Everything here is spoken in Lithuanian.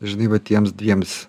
žinai va tiems dviems